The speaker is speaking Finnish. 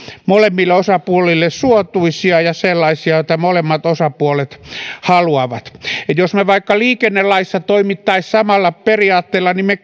molemmille osapuolille suotuisia ja sellaisia joita molemmat osapuolet haluavat jos me vaikka liikennelaissa toimisimme samalla periaatteella niin me